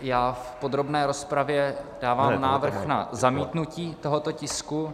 V podrobné rozpravě dávám návrh na zamítnutí tohoto tisku.